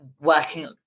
working